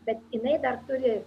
bet jinai dar turi